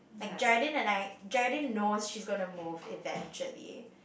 like Geraldine and I Geraldine knows she's gonna move eventually